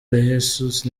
rhesus